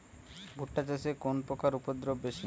ভুট্টা চাষে কোন পোকার উপদ্রব বেশি?